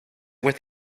with